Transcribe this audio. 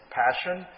passion